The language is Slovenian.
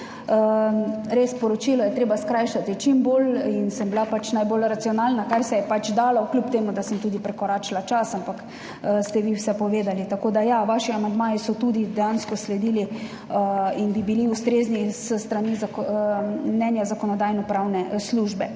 Res, poročilo je treba skrajšati čim bolj in sem bila pač najbolj racionalna, kar se je pač dalo, Kljub temu, da sem tudi prekoračila čas, ampak ste vi vse povedali. Tako da ja, vaši amandmaji so tudi dejansko sledili in bi bili ustrezni s strani mnenja Zakonodajno-pravne službe.